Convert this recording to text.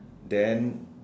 then